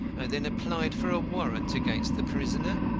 i then applied for a warrant against the prisoner.